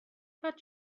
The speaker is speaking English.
got